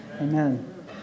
Amen